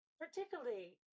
particularly